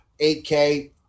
8K